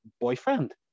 boyfriend